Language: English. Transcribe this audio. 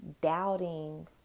doubting